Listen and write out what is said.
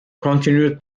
continued